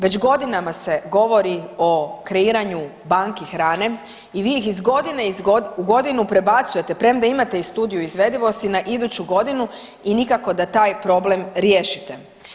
Već godinama se govori o kreiranju banki hrane i vi ih iz godine u godinu prebacujete, premda imate i studiju izvedivosti na iduću godinu i nikako da taj problem riješite.